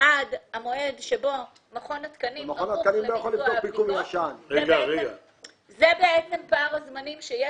2018, כ"ג בטבת התשע"ט, השעה 11:36 דקות.